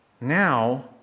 Now